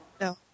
No